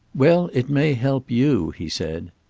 well, it may help you, he said.